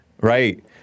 Right